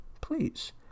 please